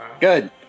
good